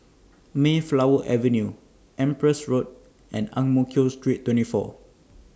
Mayflower Avenue Empress Road and Ang Mo Kio Street twenty four